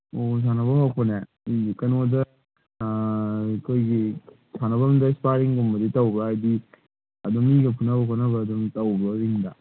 ꯑꯣ ꯁꯥꯟꯅꯕ ꯍꯧꯔꯛꯄꯅꯦ ꯀꯩꯅꯣꯗ ꯑꯩꯈꯣꯏꯒꯤ ꯁꯥꯟꯅꯐꯝꯗ ꯏꯁꯄꯥꯔꯤꯡꯒꯨꯝꯕꯗꯤ ꯇꯧꯕ꯭ꯔ ꯍꯥꯏꯗꯤ ꯑꯗꯨꯝ ꯃꯤꯒ ꯐꯨꯅꯕ ꯈꯣꯠꯄ ꯑꯗꯨꯝ ꯇꯧꯕ꯭ꯔ ꯔꯤꯡꯗ